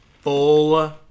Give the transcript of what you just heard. full